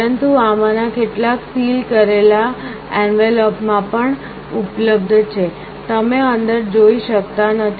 પરંતુ આમાંના કેટલાક સીલ કરેલા એનવલોપ માં પણ ઉપલબ્ધ છે તમે અંદર જોઈ શકતા નથી